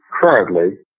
currently